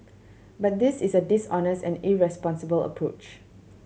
but this is a dishonest and irresponsible approach